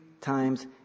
times